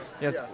yes